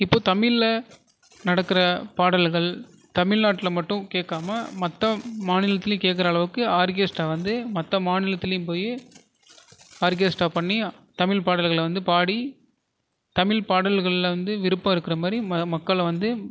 இப்போ தமிழில் நடக்கிற பாடல்கள் தமிழ் நாட்டில் மட்டும் கேக்காமல் மற்ற மாநிலத்துலையும் கேட்குற அளவுக்கு ஆர்க்கெஸ்ட்ரா வந்து மற்ற மாநிலத்துலையும் போய் ஆர்க்கெஸ்ட்ரா பண்ணி தமிழ்பாடல்களை வந்து பாடி தமிழ் பாடல்களில் வந்து விருப்பம் இருக்கிற மாதிரி மக்களை வந்து